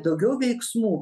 daugiau veiksmų